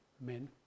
men